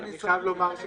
אני חייב לומר,